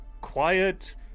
quiet